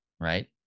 right